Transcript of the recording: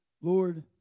Lord